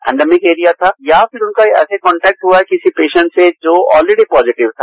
endemic area था या फिर उनका ऐसा कॉनटेक्ट हुआ किसी पेसन्ट से जो ऑलरेडी पॉजिटिव था